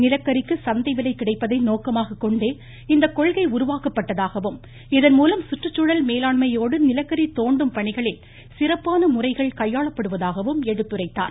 நிலக்கரிக்கு சந்தைவிலை கிடைப்பதை நோக்கமாகக் கொண்டே இந்த கொள்கை உருவாக்கப்பட்டதாகவும் இதன்மூலம் சுற்றுச்சூழல் மேலாண்மையோடு நிலக்கரி தோண்டும் பணிகளில் சிறப்பான முறைகள் கையாளப்படுவதாகவும் எடுத்துரைத்தார்